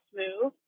move